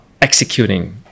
executing